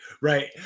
Right